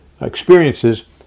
experiences